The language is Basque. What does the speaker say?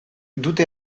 dute